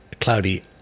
cloudy